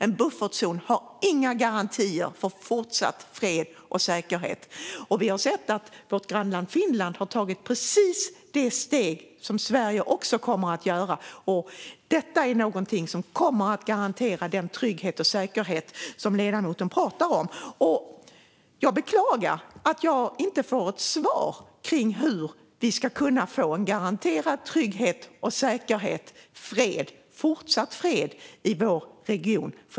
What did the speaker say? En buffertzon har inga garantier för fortsatt fred och säkerhet. Vi har sett att vårt grannland Finland har tagit precis det steg som Sverige också kommer att ta. Detta är någonting som kommer att garantera den trygghet och säkerhet som ledamoten talar om. Jag beklagar att jag inte får ett svar om hur vi ska kunna få en garanterad trygghet och säkerhet och fortsatt fred i vår region.